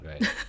right